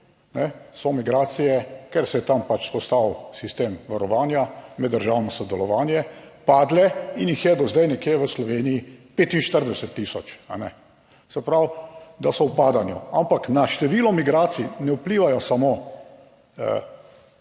so migracije, ker se je tam pač vzpostavil sistem varovanja, meddržavno sodelovanje, padle in jih je do zdaj nekje v Sloveniji 45000. Se pravi, da so v padanju. Ampak na število migracij ne vplivajo samo